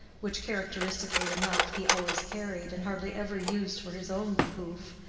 which, characteristically enough, he always carried and hardly ever used for his own behoof,